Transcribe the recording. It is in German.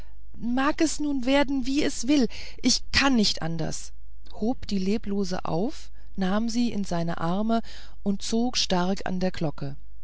mag es nun werden wie es will ich kann nicht anders hob die leblose auf nahm sie in seine arme und zog stark an der glocke